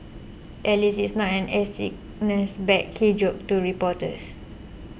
at least it's not an air sickness bag he joked to reporters